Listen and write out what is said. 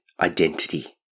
identity